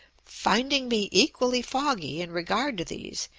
finding me equally foggy in regard to these,